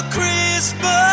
Christmas